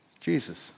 Jesus